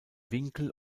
winkel